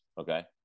okay